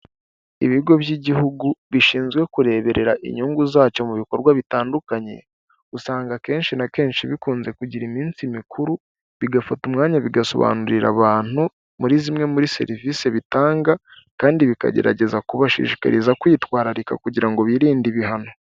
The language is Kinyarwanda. Ibigo by'igihugu bishinzwe kureberera inyungu zacyo mu bikorwa bitandukanye usanga akenshi na kenshi bikunze kugira iminsi mikuru, bigafata umwanya bigasobanurira abantu muri zimwe muri serivisi bitanga, kandi bikagerageza kubashishikariza kwitwararika kugira ngo birinde ibihano.